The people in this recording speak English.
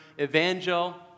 evangel